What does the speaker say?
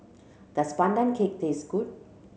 does Pandan Cake taste good